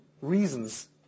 reasons